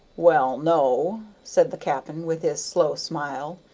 well, no, said the cap'n, with his slow smile,